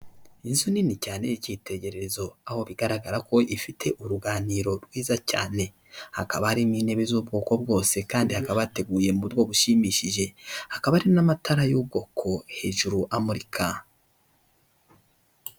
Inzu nini cyane y’icyitegererezo aho bigaragara ko ifite uruganiro rwiza cyane, hakaba harimo intebe z'ubwoko bwose kandi hakaba hateguye mu buryo bushimishije, hakaba hari n'amatara y'ubwoko hejuru amurika.